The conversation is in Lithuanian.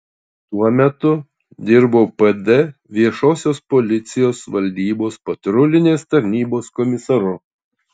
tuo metu dirbau pd viešosios policijos valdybos patrulinės tarnybos komisaru